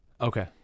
Okay